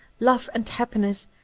love and happiness,